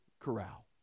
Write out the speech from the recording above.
corral